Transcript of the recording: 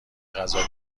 غذا